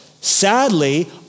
Sadly